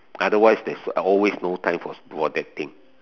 otherwise there's always no time for for that thing